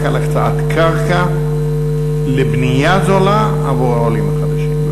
על הקצאת קרקע לבנייה זולה עבור העולים החדשים.